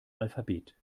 alphabet